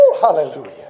Hallelujah